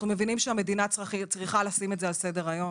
אנחנו מבינים שהמדינה צריכה לשים את זה על סדר-היום.